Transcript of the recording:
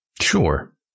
Sure